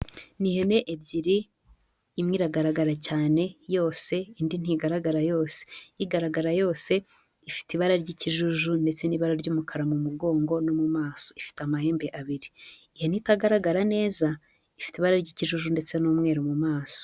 Ni ihene ebyiri, imwe iragaragara cyane yose indi ntigaragara yose, igaragara yose ifite ibara ry'ikijuju ndetse n'ibara ry'umukara mu mugongo no mu maso, ifite amahembe abiri, ihene itagaragara neza ibara ry'ikijuju ndetse n'umweru mu maso.